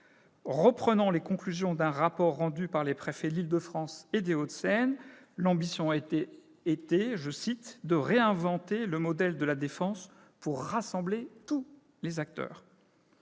Reprenant les conclusions d'un rapport rendu par les préfets de l'Île-de-France et des Hauts-de-Seine, ce texte avait pour ambition de « réinventer le modèle de la Défense pour rassembler tous les acteurs ».